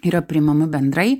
yra priimami bendrai